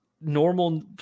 normal